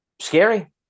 scary